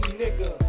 nigga